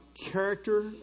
character